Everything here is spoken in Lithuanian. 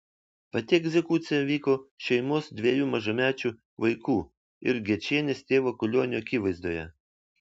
pati egzekucija vyko šeimos dviejų mažamečių vaikų ir gečienės tėvo kulionio akivaizdoje